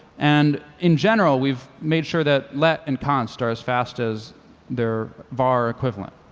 and in general we've made sure that let and const are as fast as their bar equivalent.